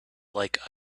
like